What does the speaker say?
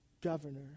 Governor